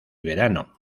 verano